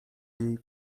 jej